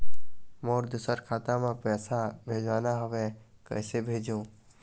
मोर दुसर खाता मा पैसा भेजवाना हवे, कइसे भेजों?